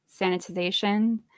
sanitization